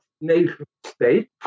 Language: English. nation-state